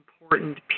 important